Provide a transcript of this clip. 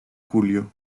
julio